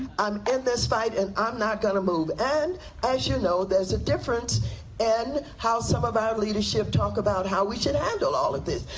i'm in this fight and i'm not going to move and as you know there is a difference in and how some of our leadership talks about how we should handle all of this.